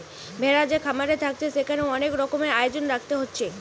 ভেড়া যে খামারে থাকছে সেখানে অনেক রকমের আয়োজন রাখতে হচ্ছে